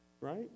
Right